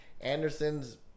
anderson's